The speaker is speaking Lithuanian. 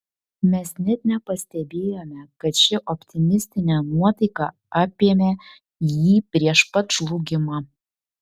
mes net nepastebėjome kad ši optimistinė nuotaika apėmė jį prieš pat žlugimą